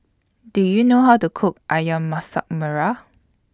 Do YOU know How to Cook Ayam Masak Merah